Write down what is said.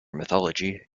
mythology